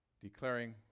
declaring